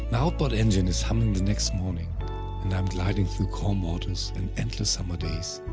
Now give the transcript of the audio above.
outboard engine is humming the next morning and i'm gliding through calm waters and endless summer days,